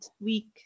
week